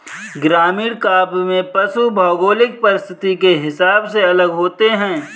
ग्रामीण काव्य में पशु भौगोलिक परिस्थिति के हिसाब से अलग होते हैं